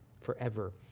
forever